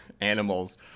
animals